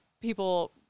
people